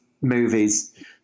movies